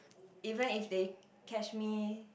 even if they catch me